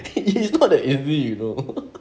it's that not easy you know